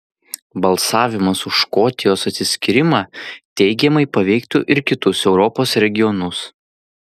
balsavimas už škotijos atsiskyrimą teigiamai paveiktų ir kitus europos regionus